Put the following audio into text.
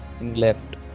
left